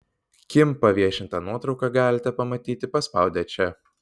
kim paviešintą nuotrauką galite pamatyti paspaudę čia